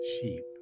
sheep